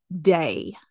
day